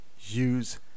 use